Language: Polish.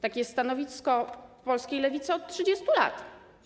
Takie jest stanowisko polskiej lewicy od 30 lat.